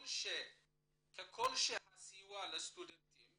ככל שהסיוע לסטודנטים